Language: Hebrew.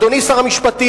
אדוני שר המשפטים,